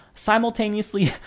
Simultaneously